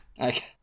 Okay